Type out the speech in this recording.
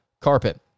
carpet